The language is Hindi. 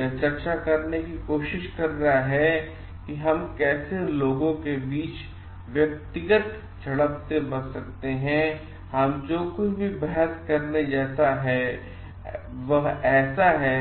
यह चर्चा करने की कोशिश कर रहा है कि हम कैसे लोगों के बीच व्यक्तित्व झड़प से बच सकते हैं हम जो कुछ भी बहस करने जैसा है वह ऐसा है